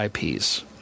IPs